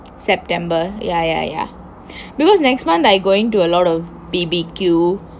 september ya ya ya because next month I going to a lot of B_B_Q